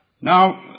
Now